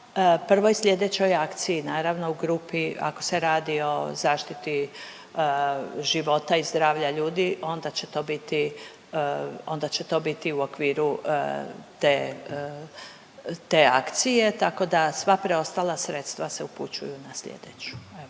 prvoj slijedećoj akciji, naravno u grupi, ako se radi o zaštiti života i zdravlja ljudi onda će to biti, onda će to biti u okviru te, te akcije, tako da sva preostala sredstva se upućuju na slijedeću,